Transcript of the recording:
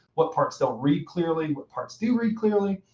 what parts don't read clearly, what parts do you read clearly.